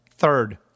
Third